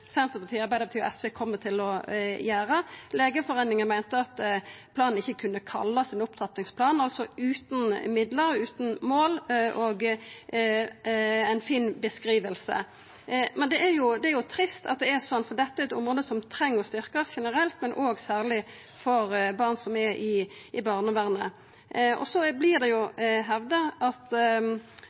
Senterpartiet, Arbeidarpartiet og SV kjem til å gjera. Legeforeininga meinte at planen ikkje kunne kallast ein opptrappingsplan – utan midlar, utan mål og ei fin beskriving. Det er trist at det er slik, for dette er eit område som treng å styrkjast generelt, men særleg for barn i barnevernet. Det vert hevda at